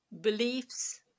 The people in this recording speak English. beliefs